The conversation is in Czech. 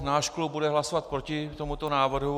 Náš klub bude hlasovat proti tomuto návrhu.